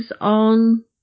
on